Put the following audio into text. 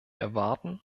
erwarten